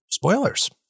Spoilers